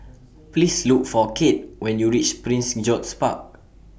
Please Look For Cade when YOU REACH Prince George's Park